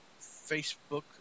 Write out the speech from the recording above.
Facebook